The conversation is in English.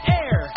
air